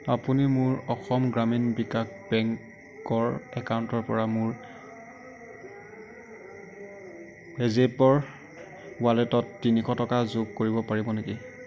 আপুনি মোৰ অসম গ্ৰামীণ বিকাশ বেংকৰ একাউণ্টৰ পৰা মোৰ পে জেপৰ ৱালেটত তিনিশ টকা যোগ কৰিব পাৰিব নেকি